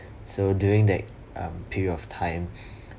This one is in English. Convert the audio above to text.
so during that um period of time